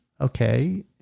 okay